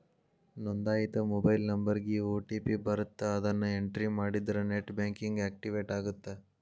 ನೋಂದಾಯಿತ ಮೊಬೈಲ್ ನಂಬರ್ಗಿ ಓ.ಟಿ.ಪಿ ಬರತ್ತ ಅದನ್ನ ಎಂಟ್ರಿ ಮಾಡಿದ್ರ ನೆಟ್ ಬ್ಯಾಂಕಿಂಗ್ ಆಕ್ಟಿವೇಟ್ ಆಗತ್ತ